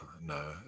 No